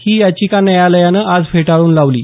ही याचिका न्यायालयानं आज फेटाळून लावली आहे